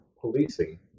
policing